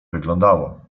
wyglądało